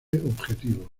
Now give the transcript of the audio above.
objetivo